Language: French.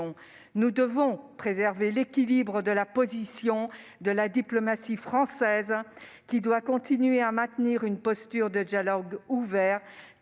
Nous devons préserver l'équilibre de la position de la diplomatie française, qui doit continuer à maintenir une posture de dialogue ouvert